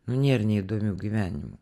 nu nier neįdomių gyvenimų